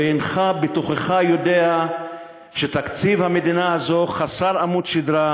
והנך בתוכך יודע שתקציב המדינה הזו חסר עמוד שדרה,